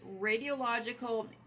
radiological